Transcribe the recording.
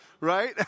right